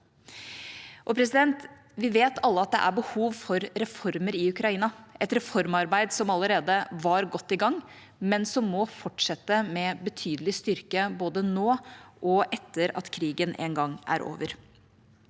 perspektivet. Vi vet alle at det er behov for reformer i Ukraina, et reformarbeid som allerede var godt i gang, men som må fortsette med betydelig styrke både nå og etter at krigen en gang er over.